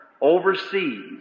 overseas